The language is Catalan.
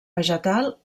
vegetal